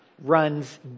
runs